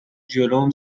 جلوم